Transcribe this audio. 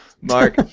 Mark